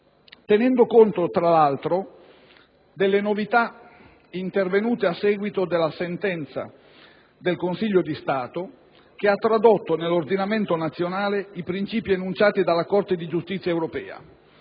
tenendo conto, tra l'altro, delle novità intervenute a seguito della sentenza del Consiglio di Stato che ha tradotto nell'ordinamento nazionale i princìpi enunciati dalla Corte di giustizia europea.